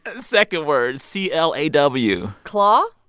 ah second word c l a w claw?